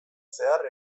zehar